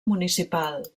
municipal